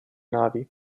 navi